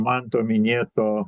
manto minėto